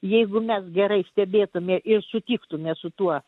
jeigu mes gerai stebėtume ir sutiktume su tuo